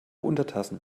untertassen